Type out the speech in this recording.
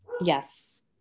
Yes